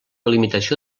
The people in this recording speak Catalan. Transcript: limitació